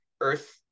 earth